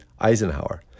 Eisenhower